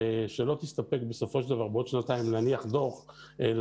שלא תסתפק בהנחת דוח עוד שנתיים,